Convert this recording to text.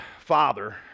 father